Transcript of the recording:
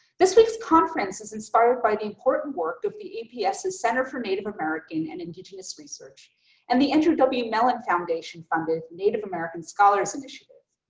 this week's conference is inspired by the important work of the aps's center for native american and indigenous research and the andrew w. mellon foundation funded native american scholars initiative.